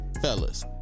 Fellas